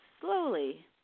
slowly